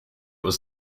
was